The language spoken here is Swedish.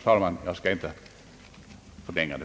talman! Jag skall inte förlänga debatten ytterligare.